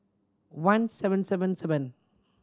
one seven seven seven